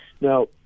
Now